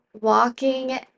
walking